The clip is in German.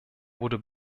wurde